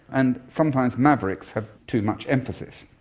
and sometimes mavericks have too much emphasis.